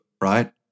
right